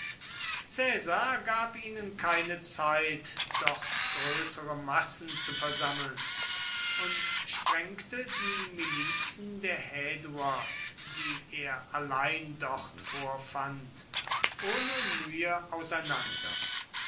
gab ihnen keine zeit dort größere massen zu versammeln und sprengte die milizen der häduer die er allein dort vorfand ohne mühe auseinander